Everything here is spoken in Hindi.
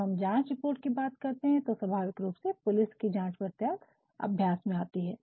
जब हम जांच रिपोर्ट की बात करते हैं स्वभाविक रूप से पुलिस की जांच पड़ताल अभ्यास में आती है